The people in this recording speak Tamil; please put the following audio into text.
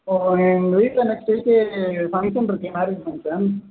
சார் எங்கள் வீட்டில் நெக்ஸ்ட் வீக்கு ஃபங்ஷன் இருக்குது மேரேஜ் ஃபங்ஷன்